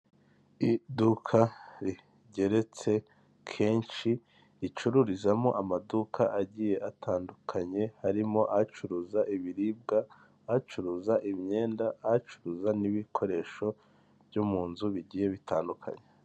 Iduka rigeretse kenshi ricururizamo amaduka agiye atandukanye, harimo acuruza ibiribwa, acuruza imyenda, acuruza n'ibikoresho byo mu nzu bigiye bitandukanye.